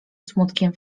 smutkiem